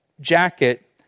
jacket